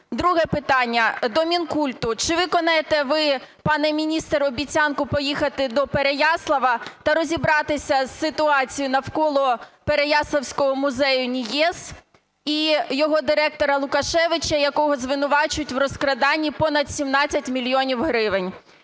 Друге питання до Мінкульту. Чи виконаєте ви, пане міністр, обіцянку поїхати до Переяслава та розібратися із ситуацією навколо Переяславського музею НІЕЗ і його директора Лукашевича, якого звинувачують у розкраданні понад 17 мільйонів гривень?